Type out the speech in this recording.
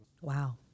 Wow